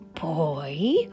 Boy